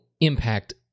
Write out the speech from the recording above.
impact